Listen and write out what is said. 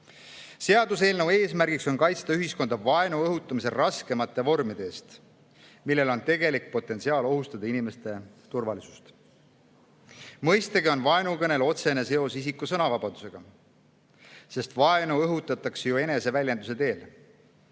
Seaduseelnõu eesmärk on kaitsta ühiskonda vaenu õhutamise raskemate vormide eest, millel on tegelik potentsiaal ohustada inimeste turvalisust. Mõistagi on vaenukõnel otsene seos isiku sõnavabadusega, sest vaenu õhutatakse ju eneseväljenduse teel.